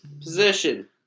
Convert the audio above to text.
Position